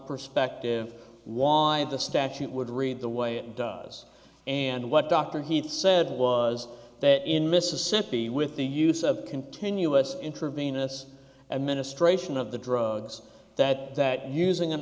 perspective why the statute would read the way it does and what dr heath said was that in mississippi with the use of continuous intravenous administration of the drugs that that using an